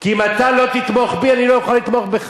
כי אם אתה לא תתמוך בי, אני לא אוכל לתמוך בך.